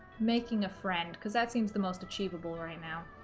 making a friend because that seems the most achievable right now